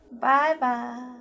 Bye-bye